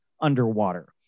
underwater